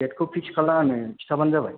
देथखौ fix खालामनानै खिन्थाबानो जाबाय